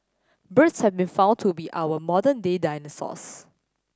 birds have been found to be our modern day dinosaurs